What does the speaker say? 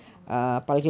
ஆமா:aamaa